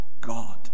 God